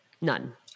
none